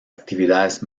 actividades